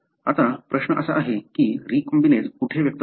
आता प्रश्न असा आहे की रीकॉम्बिनेज कुठे व्यक्त होणार